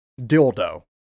dildo